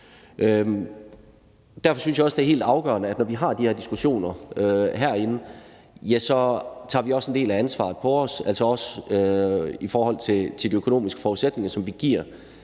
Derfor synes jeg også, at det er helt afgørende, når vi har de her diskussioner herinde, at vi så også tager en del af ansvaret på os, altså også i forhold til de økonomiske forudsætninger, som vi giver